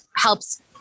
helps